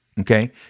Okay